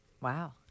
Wow